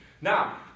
now